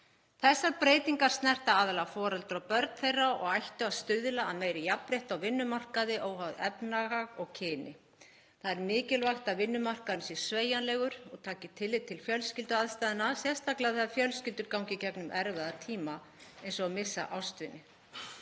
Þessar breytingar snerta aðallega foreldra og börn þeirra og ættu að stuðla að meira jafnrétti á vinnumarkaði, óháð efnahag og kyni. Það er mikilvægt að vinnumarkaðurinn sé sveigjanlegur og taki tillit til fjölskylduaðstæðna, sérstaklega þegar fjölskyldur ganga í gegnum erfiða tíma eins og að missa ástvini.